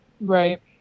Right